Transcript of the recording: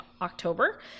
October